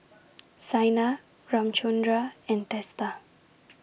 Saina Ramchundra and Teesta